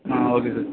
ah okay sir